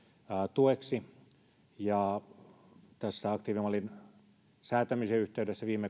tueksi tässä aktiivimallin säätämisen yhteydessä viime